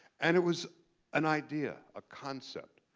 and it was an idea a concept.